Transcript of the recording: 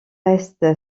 est